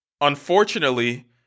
Unfortunately